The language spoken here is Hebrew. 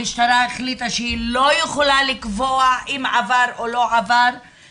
המשטרה החליטה שהיא לא יכולה לקבוע אם עבר או לא עבר.